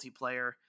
multiplayer